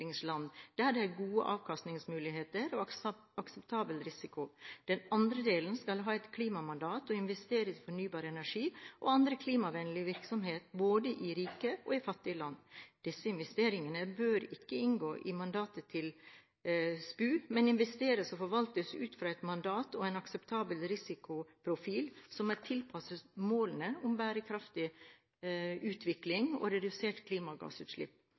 utviklingsland der det er gode avkastningsmuligheter og akseptabel risiko. Den andre delen skal ha et klimamandat og investere i fornybar energi og annen klimavennlig virksomhet, både i rike og i fattige land. Disse investeringene bør ikke inngå i mandatet til SPU, men investeres og forvaltes ut fra et mandat og en akseptabel risikoprofil som er tilpasset målene om bærekraftig utvikling og reduserte klimagassutslipp,